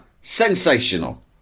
sensational